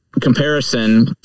comparison